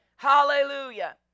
Hallelujah